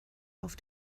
auf